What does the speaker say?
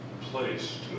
place